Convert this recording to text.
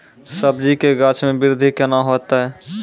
सब्जी के गाछ मे बृद्धि कैना होतै?